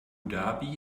dhabi